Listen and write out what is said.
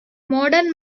modern